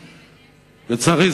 לצערי,